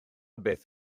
beth